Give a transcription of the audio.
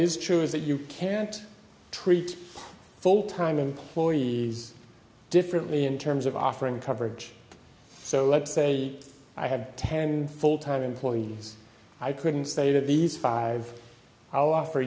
is true is that you can't treat full time employees differently in terms of offering coverage so let's say i have ten full time employees i couldn't say to these five our offer